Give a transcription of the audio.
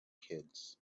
kids